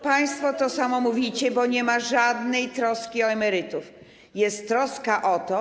Państwo to samo mówicie, bo nie ma żadnej troski o emerytów, jest troska o to.